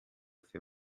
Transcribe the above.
für